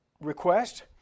request